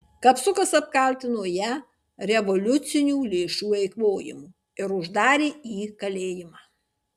kapsukas apkaltino ją revoliucinių lėšų eikvojimu ir uždarė į kalėjimą